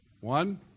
One